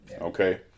Okay